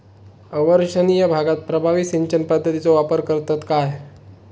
अवर्षणिय भागात प्रभावी सिंचन पद्धतीचो वापर करतत काय?